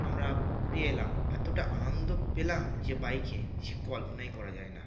আমরা ঘুরে এলাম এতটা আনন্দ পেলাম যে বাইকে সে কল্পনাই করা যায় না